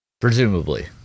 Presumably